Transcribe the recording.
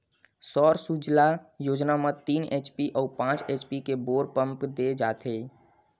सौर सूजला योजना म तीन एच.पी अउ पाँच एच.पी के बोर पंप दे जाथेय